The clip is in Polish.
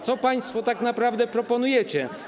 Co państwo tak naprawdę proponujecie?